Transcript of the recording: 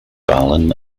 allen